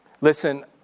Listen